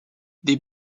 des